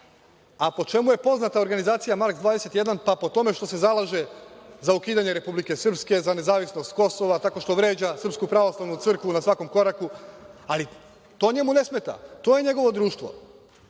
Po čemu je poznata organizacija “Marks 21“? Pa po tome što se zalaže za ukidanje Republike Srpske, za nezavisnost Kosova, tako što vređa Srpsku pravoslavnu crkvu na svakom koraku, ali to njemu ne smeta. To je njegovo društvo,